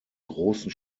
großen